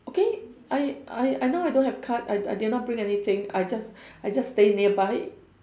okay I I I now I don't have card I I did not bring anything I just I just stay nearby